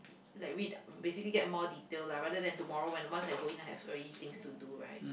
like read basically get more detail lah rather than tomorrow when once I go in I have already things to do right